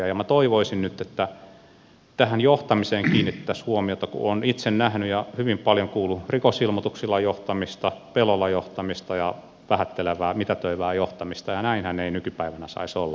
minä toivoisin nyt että tähän johtamiseen kiinnitettäisiin huomiota kun olen itse nähnyt ja hyvin paljon kuullut olevan rikosilmoituksilla johtamista pelolla johtamista ja vähättelevää mitätöivää johtamista ja näinhän ei nykypäivänä saisi olla